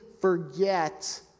forget